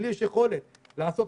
לי יש יכולת לעשות,